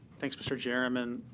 thanks, mr. chairman.